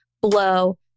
blow